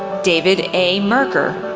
david a. mercker,